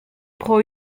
pro